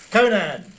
Conan